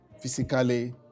physically